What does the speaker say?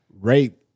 rape